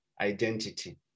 identity